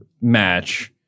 match